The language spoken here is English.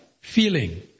feeling